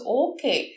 okay